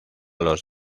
los